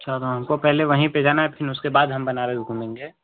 अच्छा तो आपको पहले वहीं पर जाना है फिर उसके बाद हम बनारस घूमेंगे